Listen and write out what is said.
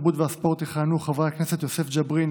התרבות והספורט יכהנו חברי הכנסת יוסף ג'בארין,